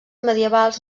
medievals